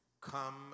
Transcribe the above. Come